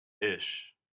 Ish